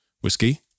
whiskey